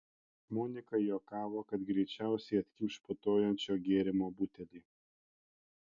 monika juokavo kad greičiausiai atkimš putojančio gėrimo butelį